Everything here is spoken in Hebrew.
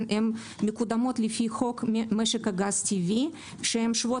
מקודמות לפי חוק משק הגז הטבעי ושוות